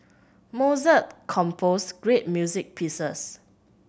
Mozart composed great music pieces